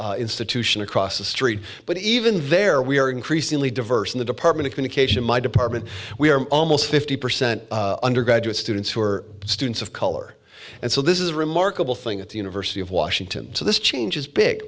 white institution across the street but even there we are increasingly diverse in the department of education in my department we are almost fifty percent undergraduate students who are students of color and so this is a row markable thing at the university of washington so this change is big